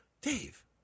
Dave